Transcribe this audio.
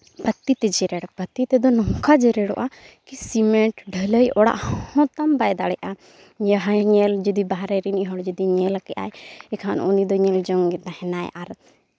ᱯᱟᱹᱛᱤ ᱛᱮ ᱡᱮᱨᱮᱲ ᱯᱟᱹᱛᱤ ᱛᱮᱫᱚ ᱱᱚᱝᱠᱟ ᱡᱮᱨᱮᱲᱚᱜᱼᱟ ᱠᱤ ᱥᱤᱢᱮᱱᱴ ᱰᱷᱟᱹᱞᱟᱹᱭ ᱚᱰᱟᱜ ᱦᱚᱸ ᱵᱟᱭ ᱫᱟᱲᱮᱜᱼᱟ ᱡᱟᱦᱟᱸᱭ ᱧᱮᱞ ᱡᱩᱫᱤ ᱵᱟᱦᱨᱮ ᱨᱮ ᱡᱩᱫᱤ ᱢᱤᱫ ᱦᱚᱲ ᱡᱩᱫᱤ ᱧᱮᱞ ᱠᱮᱜᱼᱟᱭ ᱮᱱᱠᱷᱟᱱ ᱩᱱᱤ ᱫᱚ ᱧᱮᱞ ᱡᱚᱝ ᱜᱮ ᱛᱟᱦᱮᱸᱱᱟᱭ ᱟᱨ